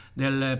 del